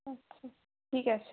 আচ্ছা ঠিক আছে